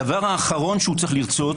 הדבר האחרון שצריך לרצות